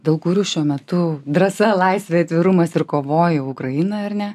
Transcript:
dėl kurių šiuo metu drąsa laisvė atvirumas ir kovoja ukraina ar ne